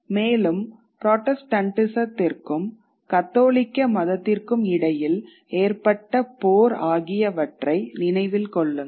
மேலும் புராட்டஸ்டன்டிசத்திற்கும் கத்தோலிக்க மதத்திற்கும் இடையில் ஏற்பட்ட போர் ஆகியவற்றை நினைவில் கொள்ளுங்கள்